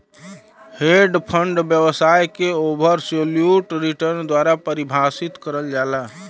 hedge fund व्यवसाय के absolute return द्वारा परिभाषित करल जाला